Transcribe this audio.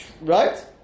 Right